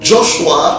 Joshua